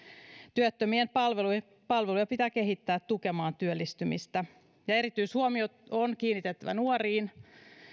työttömien palveluja pitää kehittää tukemaan työllistymistä erityishuomio on kiinnitettävä nuoriin